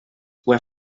were